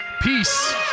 peace